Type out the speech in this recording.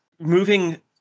moving